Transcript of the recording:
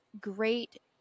great